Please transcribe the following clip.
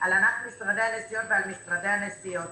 על ענף משרדי הנסיעות ועל משרדי הנסיעות.